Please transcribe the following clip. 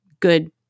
good